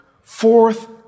fourth